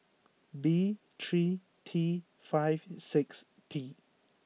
B three T five six P